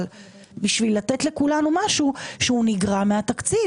אבל בשביל לתת לכולנו משהו שהוא נגרע מהתקציב.